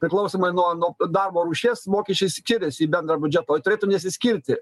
priklausomai nuo nuo darbo rūšies mokesčiai skiriasi į bendrą biudžetą o turėtų nesiskirti